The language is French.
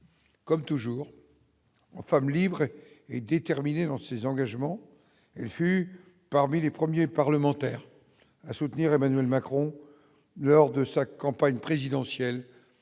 comme toujours en femme libre et déterminé dans ses engagements, elle fut parmi les premiers parlementaires à soutenir, Emmanuel Macron, lors de sa campagne présidentielle